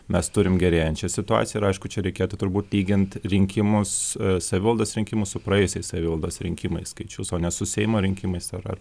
mes turim gerėjančią situaciją ir aišku čia reikėtų turbūt lygint rinkimus savivaldos rinkimus su praėjusiais savivaldos rinkimais skaičius o ne su seimo rinkimais ar ar